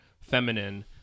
feminine